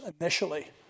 initially